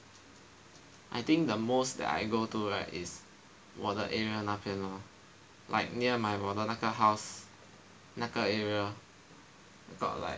I think the most that I go to right is 我的 area 那边 lor like near my 我的那个 house 那个 area got like